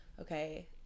okay